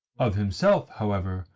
of himself, however,